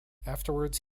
afterwards